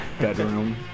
bedroom